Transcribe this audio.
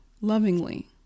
lovingly